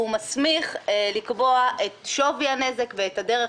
והוא מסמיך לקבוע את שווי הנזק ואת הדרך